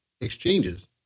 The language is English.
exchanges